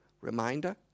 reminder